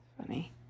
Funny